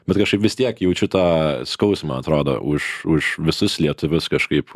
bet kažkaip vis tiek jaučiu tą skausmą atrodo už už visus lietuvius kažkaip